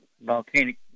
volcanic